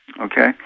Okay